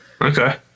okay